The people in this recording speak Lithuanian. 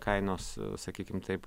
kainos sakykim taip